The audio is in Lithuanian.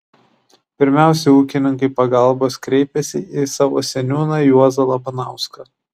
pirmiausia ūkininkai pagalbos kreipėsi į savo seniūną juozą labanauską